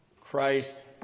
Christ